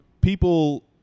people